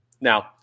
now